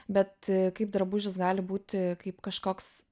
bet kaip drabužis gali būti kaip kažkoks